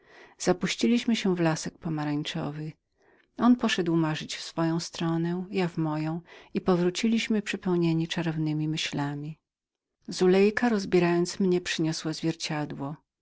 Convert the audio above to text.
zapuściliśmy się w lasek pomarańczowy on poszedł marzyć w swoją stronę ja w moją i powróciliśmy przepełnieni czarownemi myślami zulejka rozbierając mnie przyniosła zwierciadło